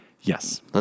Yes